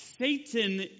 Satan